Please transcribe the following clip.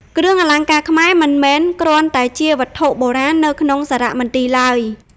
គ្រឿងអលង្ការខ្មែរមិនមែនគ្រាន់តែជាវត្ថុបុរាណនៅក្នុងសារមន្ទីរឡើយ។